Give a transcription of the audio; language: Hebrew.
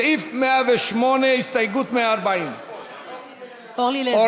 סעיף 108, הסתייגות 140. אורלי לוי.